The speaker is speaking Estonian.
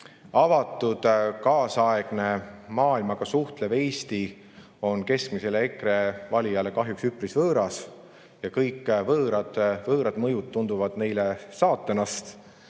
avatud, kaasaegne, maailmaga suhtlev Eesti on keskmisele EKRE valijale kahjuks üpris võõras ja kõik võõrad mõjud tunduvad neile saatanast.